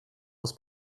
aus